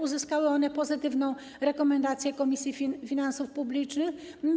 Uzyskały one pozytywną opinię i rekomendację Komisji Finansów Publicznych.